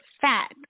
fat